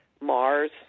Mars